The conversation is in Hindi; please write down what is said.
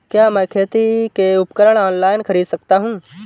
क्या मैं खेती के उपकरण ऑनलाइन खरीद सकता हूँ?